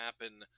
happen